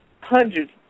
hundreds